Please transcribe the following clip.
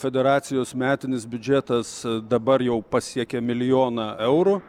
federacijos metinis biudžetas dabar jau pasiekia milijoną eurų